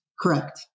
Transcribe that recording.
Correct